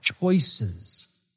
choices